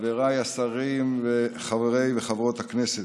חבריי השרים, חברי וחברות הכנסת,